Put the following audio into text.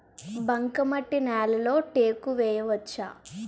బంకమట్టి నేలలో టేకు వేయవచ్చా?